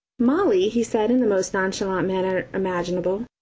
molly, he said in the most nonchalant manner imaginable,